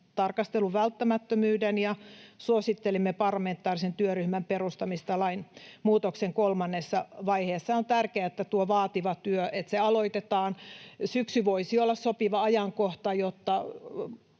tarkastelun välttämättömyyden ja suosittelimme parlamentaarisen työryhmän perustamista lainmuutoksen kolmannessa vaiheessa. On tärkeää, että tuo vaativa työ aloitetaan. Syksy voisi olla sopiva ajankohta, jotta